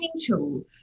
tool